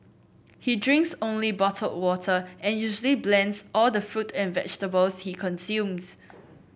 he drinks only bottled water and usually blends all the fruit and vegetables he consumes